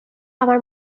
আমাৰ